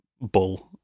bull